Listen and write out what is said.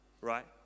right